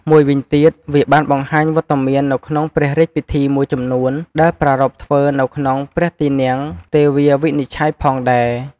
មួយវិញទៀត វាបានបង្ហាញវត្តមាននៅក្នុងព្រះរាជពិធីមួយចំនួនដែលប្រារព្ធធ្វើនៅក្នុងព្រះទីនាំងទេវាវិនិច្ឆ័យផងដែរ។